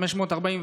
541,